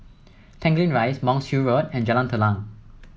Tanglin Rise Monk's Hill Road and Jalan Telang